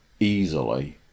easily